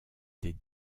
des